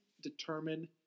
determine